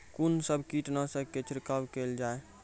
कून सब कीटनासक के छिड़काव केल जाय?